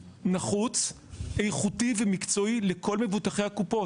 נחוץ, איכותי ומקצועי לכול מבוטחי הקופות.